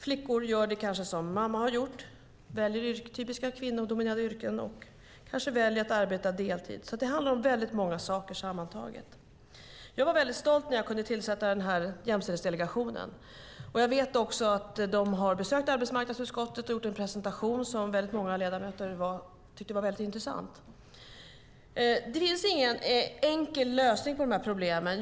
Flickor gör det som mamma har gjort och väljer typiska kvinnodominerade yrken och kanske väljer att arbeta deltid. Det handlar om många saker sammantaget. Jag var stolt när jag kunde tillsätta jämställdhetsdelegationen. Jag vet att de har besökt arbetsmarknadsutskottet och gjort en presentation som många ledamöter tyckte var intressant. Det finns ingen enkel lösning på problemen.